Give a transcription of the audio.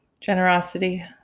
generosity